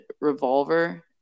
Revolver